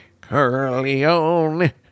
Curly-only